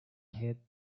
hit